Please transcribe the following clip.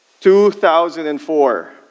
2004